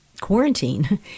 quarantine